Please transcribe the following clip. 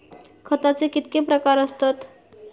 खताचे कितके प्रकार असतत?